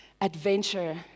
adventure